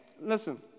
Listen